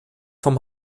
vom